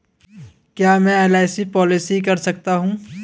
क्या मैं LIC policy कर सकता हूं?